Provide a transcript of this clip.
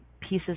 pieces